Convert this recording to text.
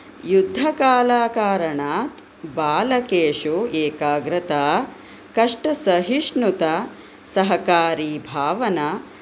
युद्धकालाकारणात् बालकेषु एकाग्रगता कष्टसहिष्णुता सहकारीभावना